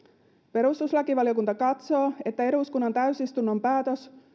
perustuslakivaliokunta katsoo että eduskunnan täysistunnon päätös